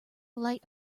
light